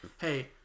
Hey